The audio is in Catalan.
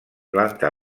planta